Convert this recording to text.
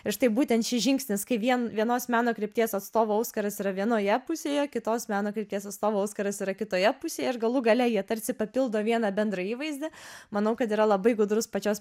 ir štai būtent šis žingsnis kai vien vienos meno krypties atstovų auskaras yra vienoje pusėje kitos meno krypties atstovų auskaras yra kitoje pusėje ir galų gale jie tarsi papildo vieną bendrą įvaizdį manau kad yra labai gudrus pačios